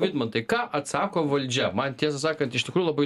vidmantai ką atsako valdžia man tiesą sakant iš tikrųjų labai